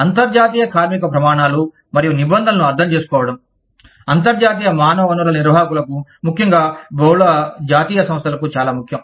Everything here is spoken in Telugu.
అంతర్జాతీయ కార్మిక ప్రమాణాలు మరియు నిబంధనలను అర్థం చేసుకోవడం అంతర్జాతీయ మానవ వనరుల నిర్వాహకులకు ముఖ్యంగా బహుళ జాతీయ సంస్థలకు చాలా ముఖ్యం